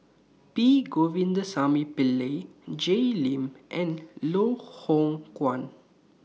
P Govindasamy Pillai Jay Lim and Loh Hoong Kwan